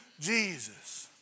Jesus